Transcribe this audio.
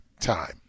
time